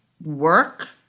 work